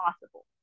possible